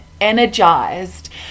energized